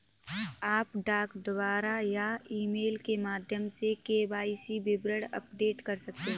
आप डाक द्वारा या ईमेल के माध्यम से के.वाई.सी विवरण अपडेट कर सकते हैं